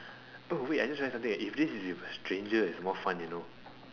oh wait I just realised something eh if this is with a stranger it'll be more fun you know